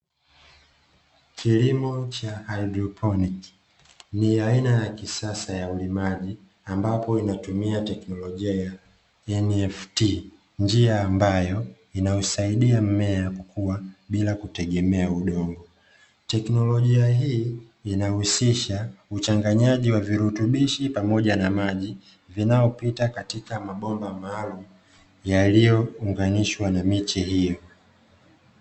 Kilimo cha haidroponiki ni aina ya kisasa ya ulimaji ambayo inatumia teknolojia ya "NFT" ,njia ambayo inausaidia mmea kukua bila kutegemea udongo, teknolojia hii inahusisha uchanganyaji wa maji pamoja na virutubishe unaopita katika mabomba maalumu yaliyounganishwa na miche hiyo.